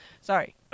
Sorry